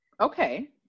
Okay